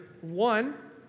one